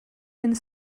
and